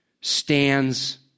stands